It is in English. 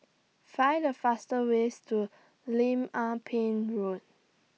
Find The fastest ways to Lim Ah Pin Road